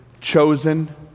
chosen